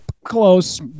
Close